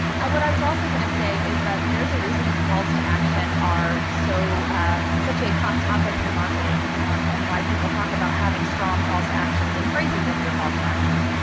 what i was also going to say is that there is a reason calls to action are so such a hot topic in marketing and why people talk about having strong calls to action, then phrasing of your calls to actions,